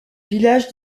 village